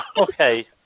Okay